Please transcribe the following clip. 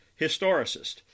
historicist